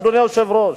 אדוני היושב-ראש,